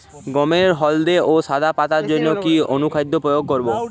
গমের হলদে ও সাদা পাতার জন্য কি অনুখাদ্য প্রয়োগ করব?